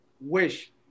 wish